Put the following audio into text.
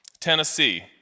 Tennessee